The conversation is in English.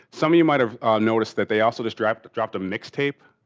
some of you might have noticed that they also just dropped it dropped a mixtape.